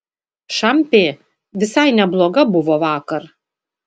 šampė visai nebloga buvo vakar